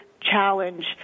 challenge